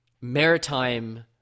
maritime